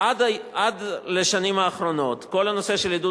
עד לשנים האחרונות כל הנושא של עידוד